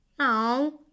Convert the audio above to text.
No